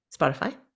Spotify